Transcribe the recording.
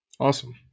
Awesome